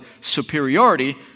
superiority